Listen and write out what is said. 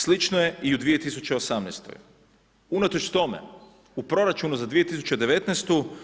Slično je i u 2018. unatoč tome u proračunu za 2019.